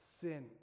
sin